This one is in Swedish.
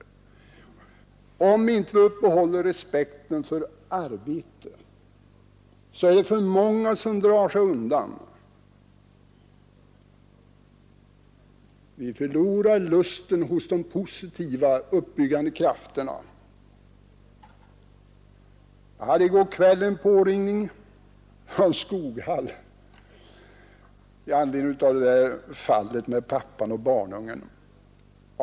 Om vi inte upprätthåller respekten för arbete så blir det för många som drar sig undan. Vi dödar lusten hos de positiva uppbyggande krafterna. Jag blev i går kväll uppringd av en person från Skoghall i anledning av det där fallet med pappan och barnungen.